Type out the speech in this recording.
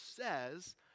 says